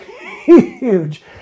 huge